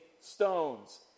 stones